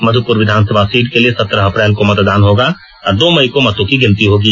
मधुपुर विधानसभा सीट के लिए सत्रह अप्रैल को मतदान होगा और दो मई को मतों की गिनर्ती होगी